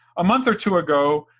a month or two ago,